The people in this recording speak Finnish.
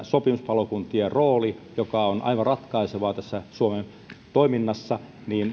sopimuspalokuntien rooli joka on aivan ratkaisevaa tässä suomen toiminnassa